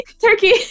Turkey